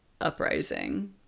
uprising